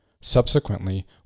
Subsequently